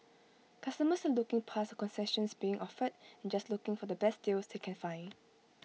customers are looking past the concessions being offered and just looking for the best deals they can find